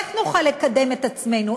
איך נוכל לקדם את עצמנו?